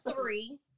three